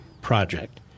project